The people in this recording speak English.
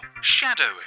Shadowing